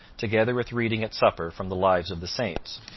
together with reading at supper from the lives of the saints.